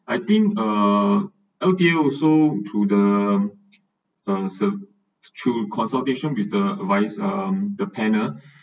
I think uh L_T_A also through the uh sur~ through consultation with the advi~ uh the panel